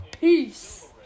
Peace